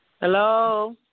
Hello